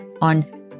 on